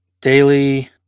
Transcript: daily